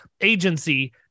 agency